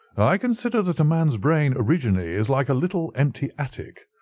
i consider that a man's brain originally is like a little empty attic,